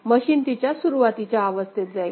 machine तिच्या सुरुवातीच्या अवस्थेत जाईल